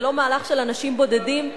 זה לא מהלך של אנשים בודדים.